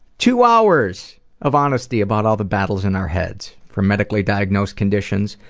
two hours of honesty about all the battles in our heads, from medically-diagnosed conditions,